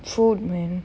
food man